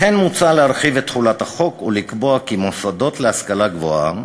לכן מוצע להרחיב את תחולת החוק ולקבוע כי מוסדות להשכלה גבוהה